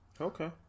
okay